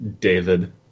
David